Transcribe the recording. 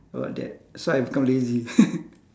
about that so I become lazy